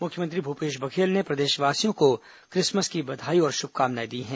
मुख्यमंत्री भूपेश बघेल ने प्रदेशवासियों को क्रिसमस की बधाई और शुभकामनाएं दी हैं